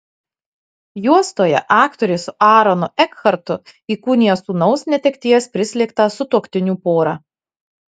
juostoje aktorė su aronu ekhartu įkūnija sūnaus netekties prislėgtą sutuoktinių porą